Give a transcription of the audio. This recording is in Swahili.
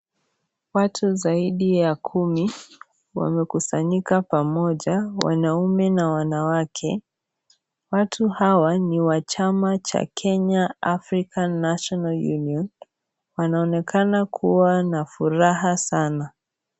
Watu zaidi ya kumi wamekusanyika pamoja, wanaume na wanawake, watu hawa ni wa chama cha Kenya Afrika National Union, wanaonekana kuwa na furaha sana.